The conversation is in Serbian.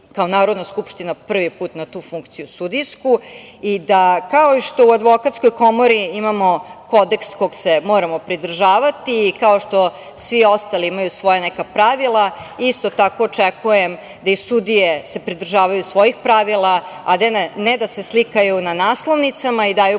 kao Narodna skupština prvi put na tu sudijsku funkciji i da, kao što u Advokatskoj komori imamo Kodeks kog se moramo pridržavati i kao što svi ostali imaju svoja neka pravila, isto tako očekujem da i sudije se pridržavaju svojih pravila, a ne da se slikaju na naslovnicama i daju političke